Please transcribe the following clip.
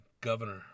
governor